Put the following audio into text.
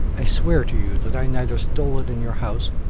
i swear to you that i neither stole it in your house,